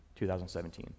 2017